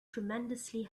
tremendously